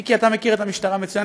מיקי, אתה מכיר את המשטרה מצוין.